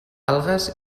algues